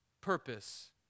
purpose